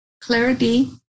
clarity